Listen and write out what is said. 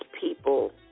people